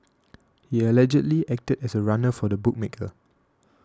he allegedly acted as a runner for a bookmaker